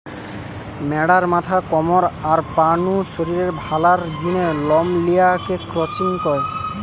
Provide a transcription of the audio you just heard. ম্যাড়ার মাথা, কমর, আর পা নু শরীরের ভালার জিনে লম লিয়া কে ক্রচিং কয়